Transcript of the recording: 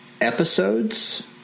episodes